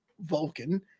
Vulcan